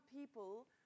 people